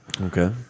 Okay